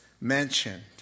mentioned